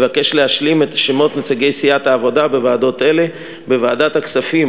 אבקש להשלים את שמות נציגי סיעת העבודה בוועדות אלה: בוועדת הכספים,